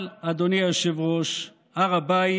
אבל אדוני היושב-ראש, הר הבית